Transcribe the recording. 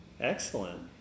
Excellent